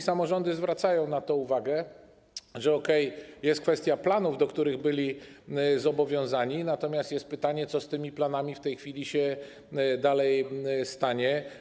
Samorządy zwracają uwagę na to, że okej, jest kwestia planów, do których były zobowiązane, natomiast jest pytanie, co z tymi planami w tej chwili się stanie.